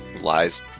Lies